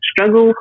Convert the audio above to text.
struggle